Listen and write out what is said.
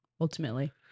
ultimately